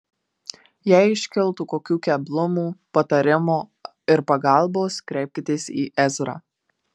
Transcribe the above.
jei iškiltų kokių keblumų patarimo ir pagalbos kreipkitės į ezrą